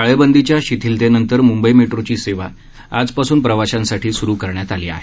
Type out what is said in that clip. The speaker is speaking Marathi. टाळेबंदीच्या शिथिलतेनंतर मुंबई मेट्रोची सेवा आजपासून प्रवाशांसाठी सुरु करण्यात आली आहे